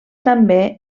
també